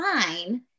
fine